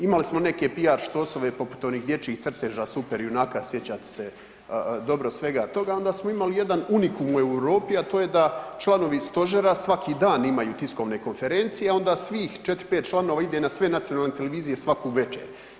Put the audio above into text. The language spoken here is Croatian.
Imali smo neka PR štosove poput onih dječjih crteža super junaka sjećate se dobro svega toga onda smo imali jedan unikum u Europi, a to je da članovi stožera svaki dan imaju tiskovne konferencije, a onda svih 4, 5 članova ide na sve nacionalne televizije svaku večer.